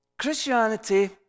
Christianity